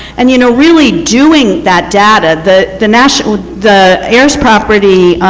and you know, really doing that data, the the national, the heirs property